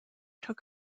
took